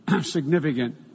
significant